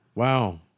Wow